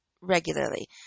regularly